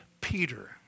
Peter